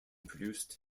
produced